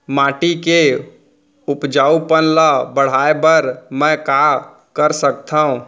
माटी के उपजाऊपन ल बढ़ाय बर मैं का कर सकथव?